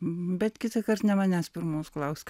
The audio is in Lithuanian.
bet kitąkart ne manęs pirmos klausk